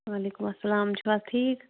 وعلیکُم اسلام تُہۍ چھِو حظ ٹھیٖک